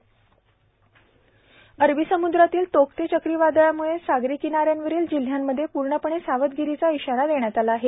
हवामान चंद्रपूर अरबी सम्द्रातील तोक्ते चक्रीवादळाम्ळे सागरी किनाऱ्यांवरील जिल्ह्यांमध्ये पूर्णपणे सावधगिरीचा इशारा देण्यात आला आहे